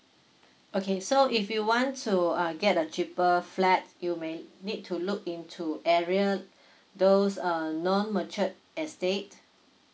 okay so if you want to uh get a cheaper flat you may need to look into area those uh non matured estate